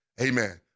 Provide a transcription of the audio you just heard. Amen